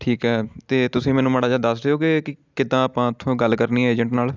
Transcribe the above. ਠੀਕ ਹੈ ਅਤੇ ਤੁਸੀਂ ਮੈਨੂੰ ਮਾੜਾ ਜਿਹਾ ਦੱਸ ਦਿਓਗੇ ਕਿ ਕਿੱਦਾਂ ਆਪਾਂ ਉੱਥੋਂ ਗੱਲ ਕਰਨੀ ਏਜੇਂਟ ਨਾਲ